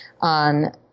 on